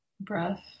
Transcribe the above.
breath